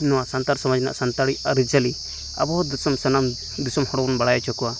ᱱᱚᱣᱟ ᱥᱟᱱᱛᱟᱲ ᱥᱚᱢᱟᱡᱽ ᱨᱮᱱᱟᱜ ᱥᱟᱱᱛᱟᱲᱤ ᱟᱹᱨᱤ ᱪᱟᱹᱞᱤ ᱟᱵᱚ ᱫᱤᱥᱚᱢ ᱥᱟᱱᱟᱢ ᱫᱤᱥᱚᱢ ᱦᱚᱱ ᱵᱟᱲᱟᱭ ᱦᱚᱪᱚ ᱠᱚᱣᱟ